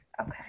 okay